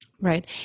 Right